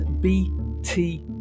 bt